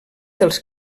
dels